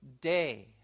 day